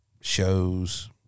shows